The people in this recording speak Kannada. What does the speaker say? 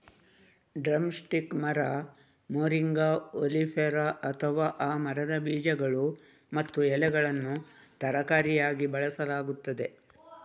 ಡ್ರಮ್ ಸ್ಟಿಕ್ ಮರ, ಮೊರಿಂಗಾ ಒಲಿಫೆರಾ, ಅಥವಾ ಆ ಮರದ ಬೀಜಗಳು ಮತ್ತು ಎಲೆಗಳನ್ನು ತರಕಾರಿಯಾಗಿ ಬಳಸಲಾಗುತ್ತದೆ